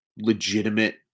legitimate